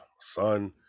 son